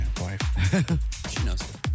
wife